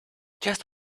just